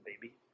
baby